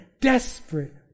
desperate